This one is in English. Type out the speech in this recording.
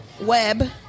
web